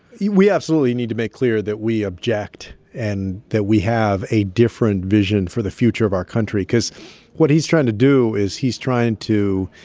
we absolutely need to make clear that we object and that we have a different vision for the future of our country because what he's trying to do is he's trying to